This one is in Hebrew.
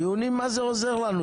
דיונים, מה זה עוזר לנו?